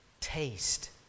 Taste